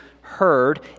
heard